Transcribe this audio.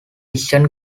decision